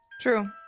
True